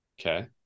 Okay